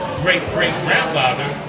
great-great-grandfather